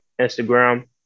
Instagram